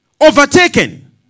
overtaken